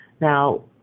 Now